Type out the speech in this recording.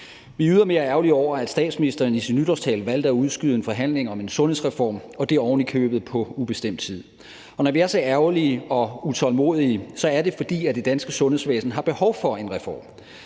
er ydermere ærgerlige over, at statsministeren i sin nytårstale valgte at udskyde en forhandling om en sundhedsreform – og det er ovenikøbet på ubestemt tid. Når vi er så ærgerlige og utålmodige, er det, fordi det danske sundhedsvæsen har behov for en reform.